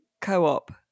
co-op